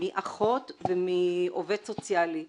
מאחות ומעובד סוציאלי,